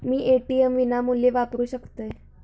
मी ATM विनामूल्य वापरू शकतय?